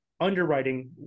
underwriting